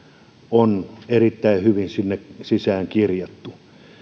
on erittäin hyvin sinne sisään kirjattu